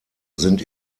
sind